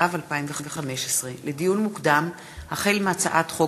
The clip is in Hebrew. התשע"ו 2015. לדיון מוקדם: החל בהצעת חוק